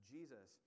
Jesus